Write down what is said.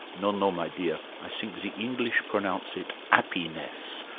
no, no, my dear, i sink ze eenglish pronounce it, appiness.